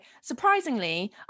surprisingly